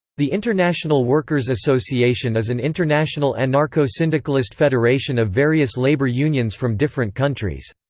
the international workers association is an international anarcho-syndicalist federation of various labour unions from different countries.